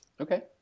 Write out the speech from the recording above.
Okay